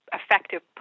effective